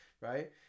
right